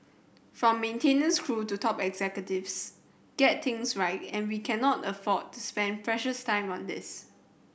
from maintenance crew to top executives get things right and we cannot afford to spend precious time on this